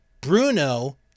Bruno